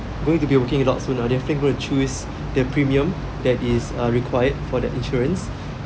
going to be working adult soon ah definitely gonna choose the premium that is uh required for the insurance